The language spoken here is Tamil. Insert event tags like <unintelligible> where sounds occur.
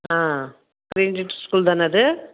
ஆ <unintelligible> ஸ்கூல் தானே அது